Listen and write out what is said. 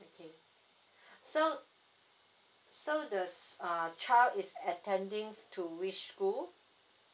okay so so does uh child is attending to which school